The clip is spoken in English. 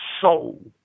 soul